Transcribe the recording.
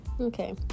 okay